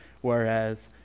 whereas